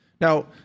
Now